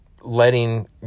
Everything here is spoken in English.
letting